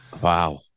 wow